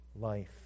life